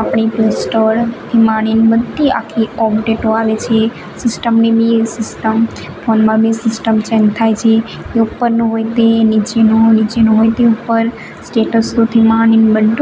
આપણી પ્લે સ્ટોરથી માંડીને બધી આખી અપડેટો આવે છે સિસ્ટમની મેલ સિસ્ટમ ફોનમાં બી સિસ્ટમ ચેન્જ થાય છે એ ઉપરનું હોય તે નીચેનું નીચેનું હોય તે ઉપર સ્ટેટસોથી માંડીન